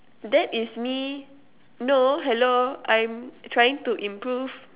that is me no hello I'm trying to improve